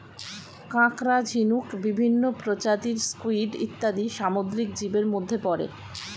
কাঁকড়া, ঝিনুক, বিভিন্ন প্রজাতির স্কুইড ইত্যাদি সামুদ্রিক জীবের মধ্যে পড়ে